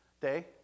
day